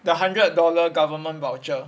the hundred dollar government voucher